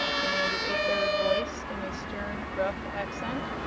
demanded a third voice, in a stern, gruff accent.